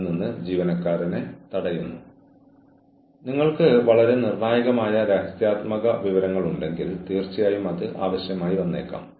ഒരുപക്ഷേ ജീവനക്കാരന് അധിക പിന്തുണ ആവശ്യമായി വന്നേക്കാം ഒരുപക്ഷേ ജീവനക്കാരന് ചില വഴക്കങ്ങൾ ആവശ്യമായി വന്നേക്കാം